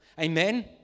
Amen